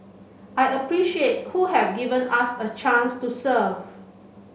I appreciate who have given us a chance to serve